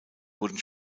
wurden